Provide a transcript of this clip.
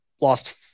Lost